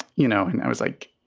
you know, and i was like,